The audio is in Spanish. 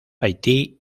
haití